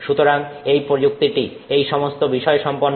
সুতরাং এই প্রযুক্তিটি এই সমস্ত বিষয়সম্পন্ন